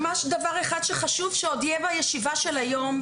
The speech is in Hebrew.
ממש דבר אחד שחשוב שעוד יהיה בישיבה של היום,